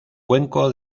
cuenco